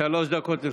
שלוש דקות לרשותך.